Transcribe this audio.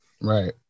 Right